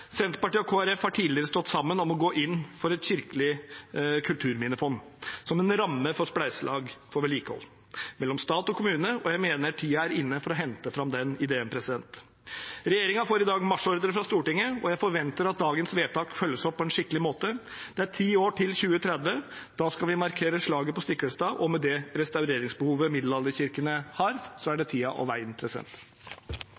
Senterpartiet og Kristelig Folkeparti har tidligere stått sammen om å gå inn for et kirkelig kulturminnefond som en ramme for spleiselag for vedlikehold mellom stat og kommune, og jeg mener tiden er inne for å hente fram den ideen. Regjeringen får i dag marsjordre fra Stortinget, og jeg forventer at dagens vedtak følges opp på en skikkelig måte. Det er ti år til 2030 – da skal vi markere slaget på Stiklestad – og med det restaureringsbehovet middelalderkirkene har, er